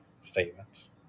statements